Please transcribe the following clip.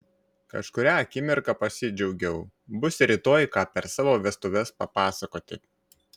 kažkurią akimirką pasidžiaugiau bus rytoj ką per savo vestuves papasakoti